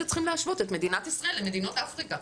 צריך להשוות את מדינת ישראל למדינות אפריקה.